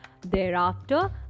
Thereafter